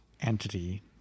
entity